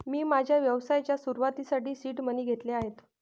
मी माझ्या व्यवसायाच्या सुरुवातीसाठी सीड मनी घेतले आहेत